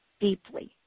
deeply